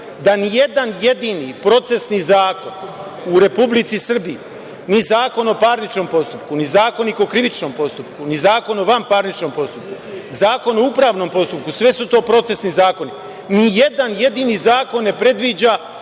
da ni jedan jedini procesni zakon u Republici Srbiji, ni Zakon o parničnom postupku, ni Zakonik o krivičnom postupku, ni Zakon o vanparničnom postupku, Zakon o upravnom postupku, sve su to procesni zakoni, ni jedan jedini zakon ne predviđa